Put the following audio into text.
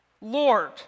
Lord